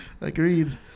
Agreed